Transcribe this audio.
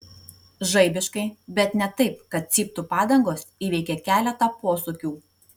žaibiškai bet ne taip kad cyptų padangos įveikė keletą posūkių